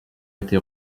été